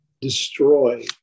destroy